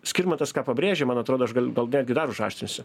skirmantas ką pabrėžia man atrodo aš gal gal netgi dar užaštrinsiu